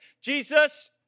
Jesus